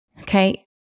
okay